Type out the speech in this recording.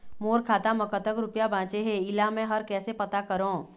मोर खाता म कतक रुपया बांचे हे, इला मैं हर कैसे पता करों?